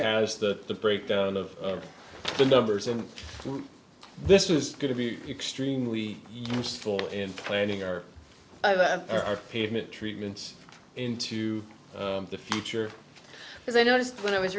has the breakdown of the numbers and this is going to be extremely useful in planning our our pavement treatments into the future because i noticed when i was